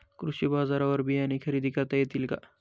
कृषी बाजारवर बियाणे खरेदी करता येतील का?